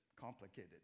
complicated